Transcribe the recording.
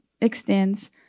extends